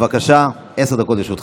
בבקשה, עשר דקות לרשותך.